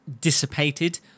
dissipated